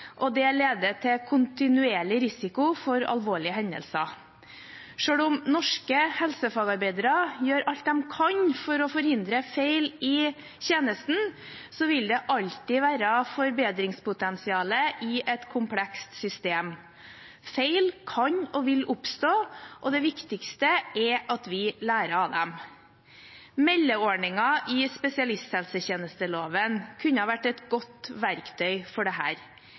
og det leder til kontinuerlig risiko for alvorlige hendelser. Selv om norske helsefagarbeidere gjør alt de kan for å forhindre feil i tjenesten, vil det alltid være forbedringspotensial i et komplekst system. Feil kan og vil oppstå, og det viktigste er at vi lærer av dem. Meldeordningen i spesialisthelsetjenesteloven kunne vært et godt verktøy for